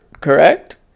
correct